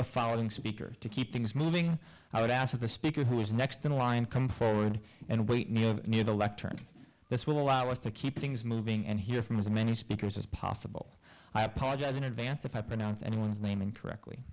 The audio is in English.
the following speaker to keep things moving i would ask the speaker who is next in line come forward and wait new near the lectern this will allow us to keep things moving and hear from as many speakers as possible i apologize in advance if i pronounce anyone's name incorrectly